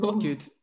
Good